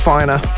Finer